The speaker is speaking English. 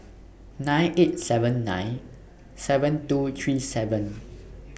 nine eight seven nine seven two three seven